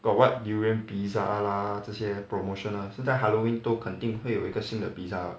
got [what] durian pizza lah 这些 promotion ah 现在 halloween 都肯定会有一个新的 pizza